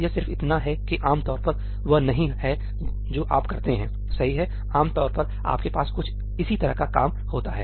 यह सिर्फ इतना है कि आम तौर पर वह नहीं है जो आप करते हैं सही है आम तौर पर आपके पास कुछ इसी तरह का काम होता है